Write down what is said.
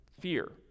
fear